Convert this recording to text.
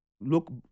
look